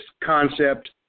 concept